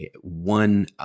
one